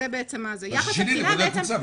משמונה לשש.